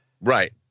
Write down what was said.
right